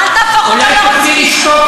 אל תהפוך אותם לרוצחים.